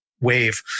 wave